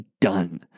done